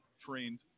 trained